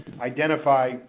identify